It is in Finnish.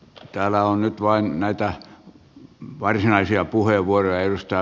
täällä on nyt vain näyttää näitten vuosien budjeteista